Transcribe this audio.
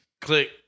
click